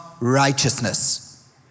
righteousness